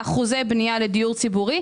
אחוזי בנייה לדיור ציבורי,